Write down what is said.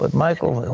but michael,